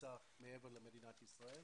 נמצא מעבר למדינת ישראל